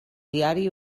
diari